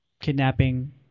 kidnapping